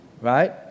Right